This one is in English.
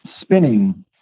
Spinning